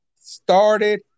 started